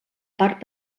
part